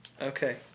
Okay